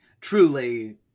truly